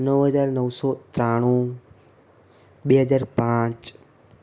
નવ હજાર નવસો ત્રાણું બે હજાર પાંચ